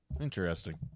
Interesting